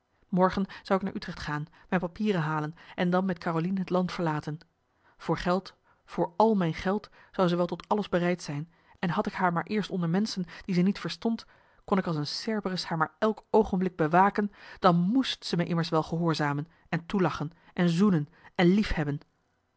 morgen zou ik naar utrecht gaan mijn papieren halen en dan met carolien het land verlaten voor geld voor al mijn geld zou ze wel tot alles bereid zijn en had ik haar maar eerst onder menschen die ze niet verstond kon ik als een cerberus haar maar elk oogenmarcellus emants een nagelaten bekentenis blik bewaken dan moest ze me immers wel gehoorzamen en toelachen en zoenen en liefhebben